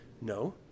No